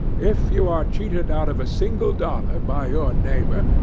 if you are cheated out of a single dollar by your neighbor,